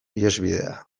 ihesbidea